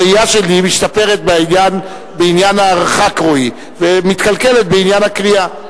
הראייה שלי משתפרת בעניין רוחק הראייה ומתקלקלת בעניין הקריאה.